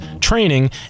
training